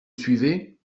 suivez